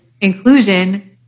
inclusion